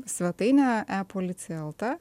svetainę e policija lt